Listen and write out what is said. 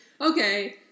okay